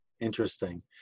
Interesting